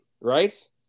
right